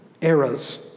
eras